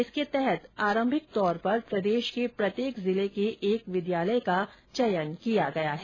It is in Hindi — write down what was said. इसके तहत आरंभिक तौर पर प्रदेश के प्रत्येक जिले के एक विद्यालय का चयन किया गया है